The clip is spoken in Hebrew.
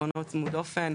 עקרונות צמוד דופן.